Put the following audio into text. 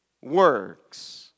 works